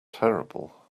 terrible